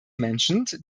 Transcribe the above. mentioned